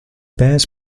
bears